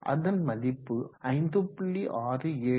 அதன் மதிப்பு 5